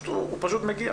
הוא פשוט מגיע.